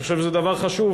אני חושב שזה דבר חשוב,